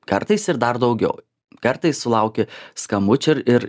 kartais ir dar daugiau kartais sulauki skambučio ir ir